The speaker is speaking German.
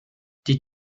die